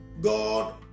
God